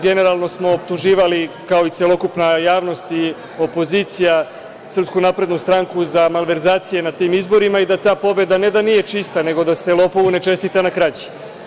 Generalno smo optuživali, kao i celokupna javnost i opozicija, SNS za malverzacije na tim izborima i da ta pobeda ne da nije čista, nego da se lopovu ne čestita na krađi.